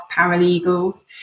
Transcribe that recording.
paralegals